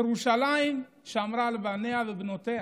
ירושלים שמרה על בניה ובנותיה